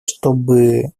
чтобы